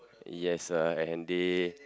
yes uh and they